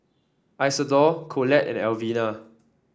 Isidore Collette and Alvina